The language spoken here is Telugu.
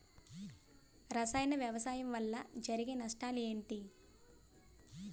రసాయన వ్యవసాయం వల్ల జరిగే నష్టాలు ఏంటి?